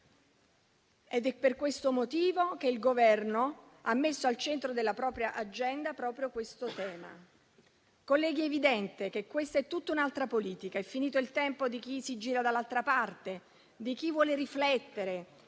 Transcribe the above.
È per questo motivo che il Governo ha messo al centro della propria agenda proprio questo tema. Colleghi, è evidente che questa è tutta un'altra politica. È finito il tempo di chi si gira dall'altra parte, di chi vuole riflettere,